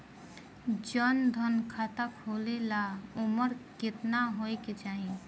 जन धन खाता खोले ला उमर केतना होए के चाही?